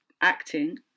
acting